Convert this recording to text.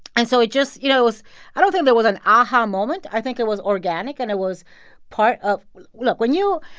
and so it just, you know i don't think there was an aha moment. i think it was organic, and it was part of look, when you